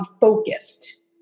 focused